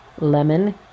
lemon